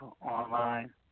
online